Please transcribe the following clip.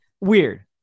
Weird